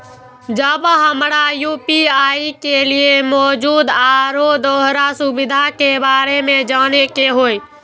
जब हमरा यू.पी.आई के लिये मौजूद आरो दोसर सुविधा के बारे में जाने के होय?